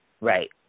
Right